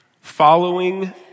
Following